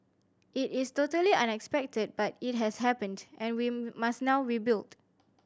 it is totally unexpected but it has happened and we must now rebuild